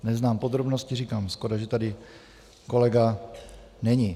Neznám podrobnosti říkám, škoda, že tady kolega není.